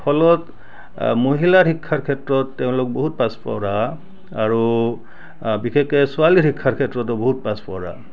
ফলত আ মহিলাৰ শিক্ষাৰ ক্ষেত্ৰত তেওঁলোক বহুত পাচপৰা আৰু বিশেষকৈ ছোৱালীৰ শিক্ষাৰ ক্ষেত্ৰতো বহুত পাচপৰা